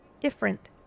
different